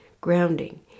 grounding